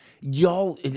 Y'all